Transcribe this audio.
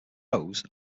rose